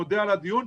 מודה על הדיון,